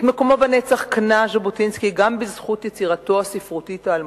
את מקומו בנצח קנה ז'בוטינסקי גם בזכות יצירתו הספרותית האלמותית,